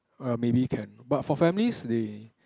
oh ya maybe can but for families they